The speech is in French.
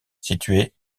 situé